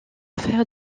frère